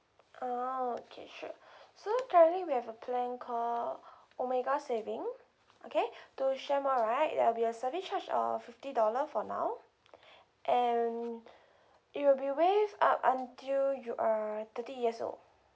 ah okay sure so currently we have a plan called omega saving okay to share more right there'll be a service charge of fifty dollar for now and it will be waived up until you are thirty years old